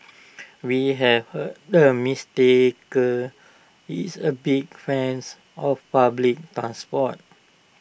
we have heard the mistaker is A big fans of public transport